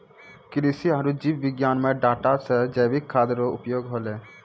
कृषि आरु जीव विज्ञान मे डाटा से जैविक खाद्य रो उपयोग होलै